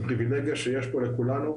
זו פריבילגיה שיש פה לכולנו,